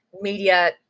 media